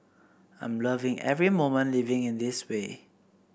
I'm loving every moment living in this way